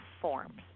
forms